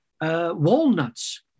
walnuts